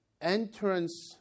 entrance